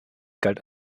galt